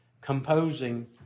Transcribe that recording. composing